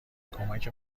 کمک